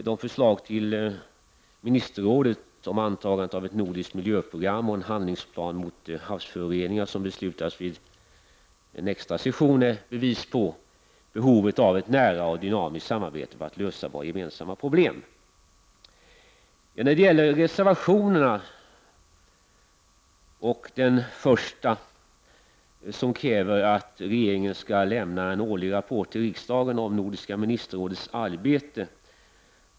De förslag till ministerrådet om antagande av ett nordiskt miljöprogram och en handlingsplan mot havsföroreningar som det fattades beslut om vid extrasessionen i Helsingör är ett bevis på behovet av ett nära och dynamiskt samarbete för att lösa våra gemensamma problem. Reservation 1 kräver att regeringen skall lämna en årlig rapport till riksdagen om Nordiska ministerrådets arbete.